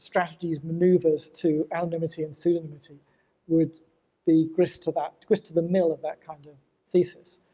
strategies, maneuvers to anonymously and pseudonymously would be grist to that, grist to the mill of that kind of thesis.